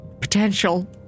potential